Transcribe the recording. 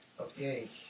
okay